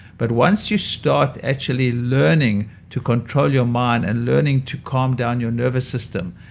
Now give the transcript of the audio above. but once you start actually learning to control your mind and learning to calm down your nervous system,